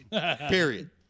Period